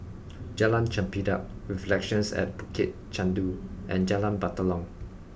Jalan Chempedak Reflections at Bukit Chandu and Jalan Batalong